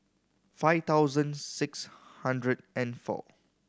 five thousand six hundred and four